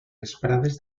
vesprades